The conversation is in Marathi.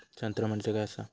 तंत्र म्हणजे काय असा?